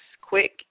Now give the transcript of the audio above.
quick